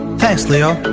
thanks leo